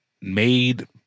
made